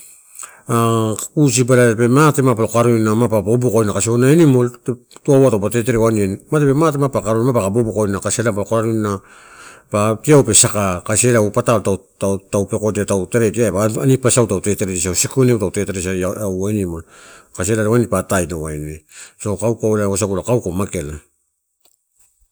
pusi ba tape mate ma palo karoina mapa obokaina kasi auna animal tuanai taupe tetereaeu aniani, matape mate mapaka boboko kasi ela ma polo koroina tiau pe saka, kasi ela ou patalo tau-tau-tau pekodia tau terediebau bani pasa dau tetere sisikoneu tau teterediasau au animal kasi ela wain pa ataedia ine. So kauko lauasagu lo kauko mageala.